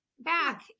back